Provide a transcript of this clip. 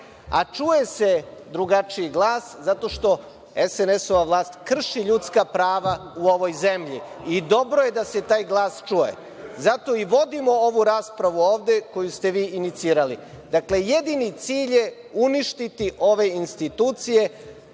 A čuje se drugačiji glas zato što SNS vlast krši ljudska prava u ovoj zemlji i dobro je da se taj glas čuje. Zato i vodimo ovu raspravu ovde koju ste vi inicirali. Dakle, jedini cilj je uništiti ove institucije